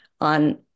on